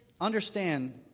Understand